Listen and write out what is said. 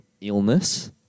illness